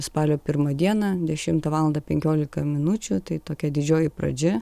spalio pirmą dieną dešimtą valandą penkiolika minučių tai tokia didžioji pradžia